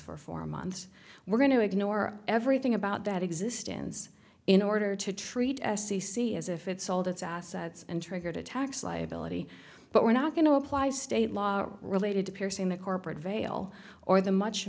for four months we're going to ignore everything about that existence in order to treat a c c as if it sold its assets and triggered a tax liability but we're not going to apply state law related to piercing the corporate veil or the much